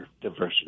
diversity